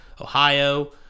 Ohio